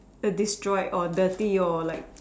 A destroyed or dirty or like